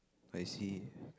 I see